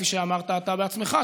כפי שאמרת אתה בעצמך,